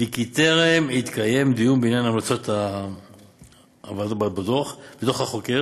וכי טרם התקיים דיון בעניין ההמלצות בדוח החוקר